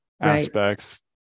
aspects